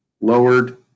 lowered